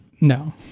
No